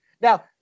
now